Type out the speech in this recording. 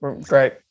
Great